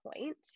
point